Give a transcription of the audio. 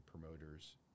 promoters